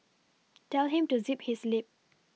tell him to zip his lip